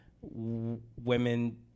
women